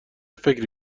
فکر